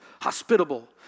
hospitable